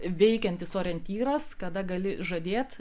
veikiantis orientyras kada gali žadėt